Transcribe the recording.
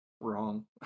Wrong